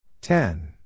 Ten